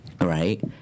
Right